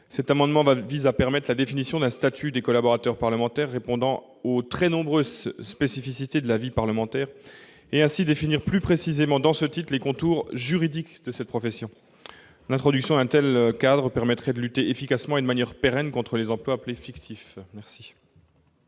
Cet amendement vise à permettre la définition d'un statut des collaborateurs parlementaires répondant aux très nombreuses spécificités de la vie parlementaire, en vue de donner, dans le titre III, un encadrement juridique plus précis à cette profession. L'introduction d'un tel cadre permettrait de lutter efficacement et de manière pérenne contre les emplois appelés « fictifs ».